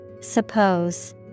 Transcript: Suppose